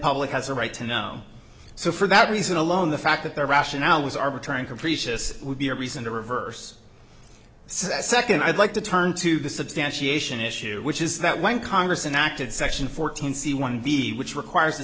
public has a right to know so for that reason alone the fact that their rationale was arbitrary and capricious would be a reason to reverse that second i'd like to turn to the substantiation issue which is that when congress and acted section fourteen c one b which requires a